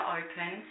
open